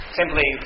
simply